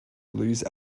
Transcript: lose